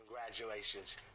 Congratulations